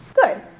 Good